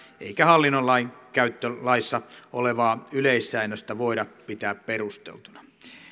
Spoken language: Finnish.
eikä hallintolainkäyttölaissa olevaa yleissäännöstä voida pitää perusteltuna